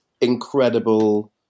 incredible